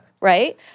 right